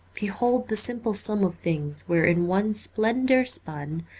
behold the simple sum of things where, in one splendour spun,